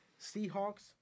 Seahawks